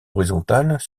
horizontales